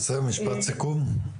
עוד משפט אחד לסיכום,